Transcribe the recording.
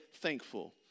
thankful